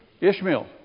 Ishmael